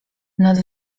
nad